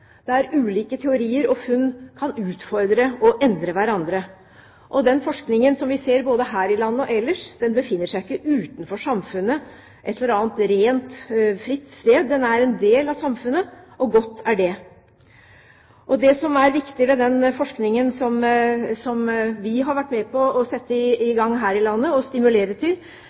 der ulike teorier og funn kan utfordre og endre hverandre. Den forskningen vi ser, både her i landet og ellers, befinner seg ikke utenfor samfunnet – et eller annet rent, fritt sted. Den er en del av samfunnet, og godt er det! Det som er viktig med den forskningen vi har vært med på å sette i gang og stimulere til her i landet,